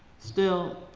still,